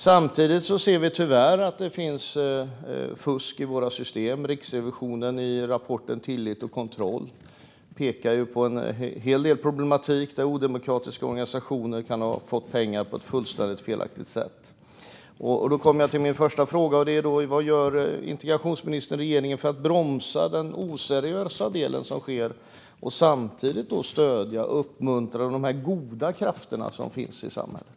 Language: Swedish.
Samtidigt ser vi tyvärr att det finns fusk i våra system. Riksrevisionen pekar ju i rapporten Tillit och kontroll på en hel del problematik där odemokratiska organisationer kan ha fått pengar på ett fullständigt felaktigt sätt. Då kommer jag till min första fråga, och den är: Vad gör integrationsministern och regeringen för att bromsa det oseriösa som sker och samtidigt stödja och uppmuntra de goda krafterna i samhället?